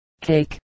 Cake